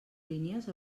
línies